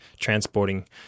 transporting